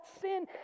sin